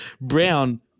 Brown